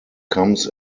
comes